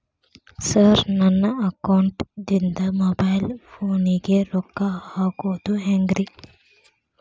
Sir ನನ್ನ ಅಕೌಂಟದಿಂದ mobile ಫೋನಿಗೆ ರೊಕ್ಕ ಹಾಕೋದು ಹೆಂಗ್ರಿ?